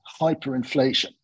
hyperinflation